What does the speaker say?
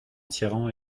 tyran